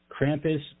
Krampus